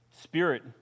Spirit